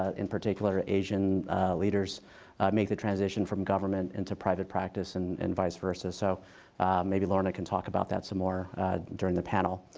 ah in particular, asian leaders make the transition from government into private practice and and vice versa. so maybe lorna can talk about that some more during the panel.